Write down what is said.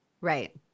Right